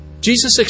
jesus